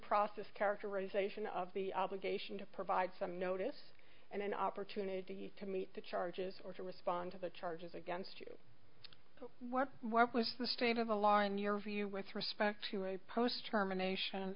process characterization of the obligation to provide some notice and an opportunity to meet the charges or to respond to the charges against you what was the state of alarm your view with respect to a post termination